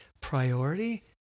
priority